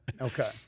Okay